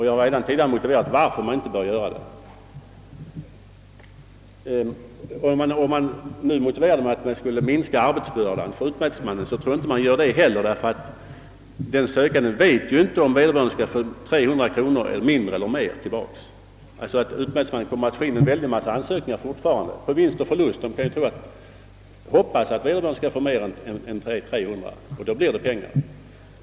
Jag har redan angivit skälen härtill. Om detta förslag genomfördes skulle alla problem lösas. Man minskar inte arbetsbördan för utmätningsmannen genom att tillåta utmätning endast över en viss gräns. Den sökande vet nämligen inte, om vederbörande skall få mindre eller mer än 300 kronor tillbaka, men han hoppas alltid att det skall vara mer än 300 kronor.